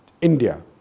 India